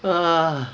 uh